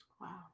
Wow